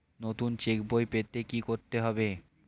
নতুন চেক বই পেতে কী করতে হবে?